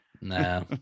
Nah